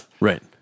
Right